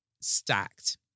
Stacked